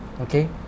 Okay